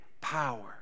power